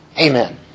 Amen